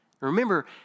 Remember